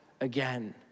again